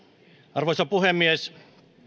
arvoisa puhemies